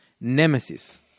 Nemesis